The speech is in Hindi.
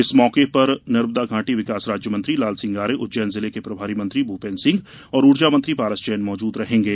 इस मौके पर नर्मदा घाटी विकास राज्यमंत्री लालसिंह आर्य उज्जैन जिले के प्रभारी मंत्री भूपेन्द्र सिंह और ऊर्जामंत्री पारस जैन मौजूद रहेंगे